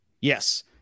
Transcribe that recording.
Yes